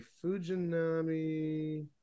fujinami